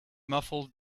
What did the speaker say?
muffled